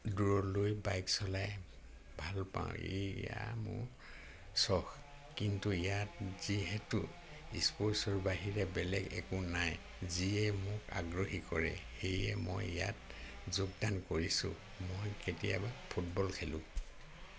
দূৰলৈ বাইক চলাই ভাল পাওঁ এইয়া মোৰ চখ কিন্তু ইয়াত যিহেতু স্পৰ্টছৰ বাহিৰে বেলেগ একো নাই যিয়ে মোক আগ্ৰহী কৰে সেয়েহে মই ইয়াত যোগদান কৰিছো মই কেতিয়াবা ফুটবল খেলো